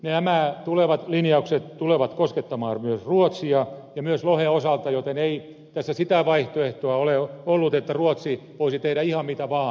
nämä tulevat linjaukset tulevat koskettamaan esimerkiksi ruotsia ja myös lohen osalta joten ei tässä sitä vaihtoehtoa ole ollut että ruotsi voisi tehdä ihan mitä vaan